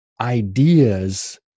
ideas